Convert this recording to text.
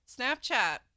Snapchat